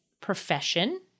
profession